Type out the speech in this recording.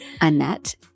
Annette